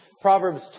Proverbs